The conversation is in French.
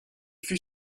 fut